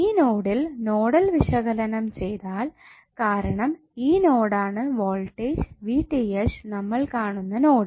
ഈ നോഡിൽ നോഡൽ വിശകലനം ചെയ്താൽ കാരണം ഈ നോഡാണ് വോൾട്ടേജ് നമ്മൾ കാണുന്ന നോഡ്